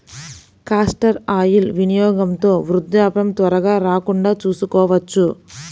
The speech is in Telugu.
కాస్టర్ ఆయిల్ వినియోగంతో వృద్ధాప్యం త్వరగా రాకుండా చూసుకోవచ్చు